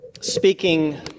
speaking